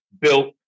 built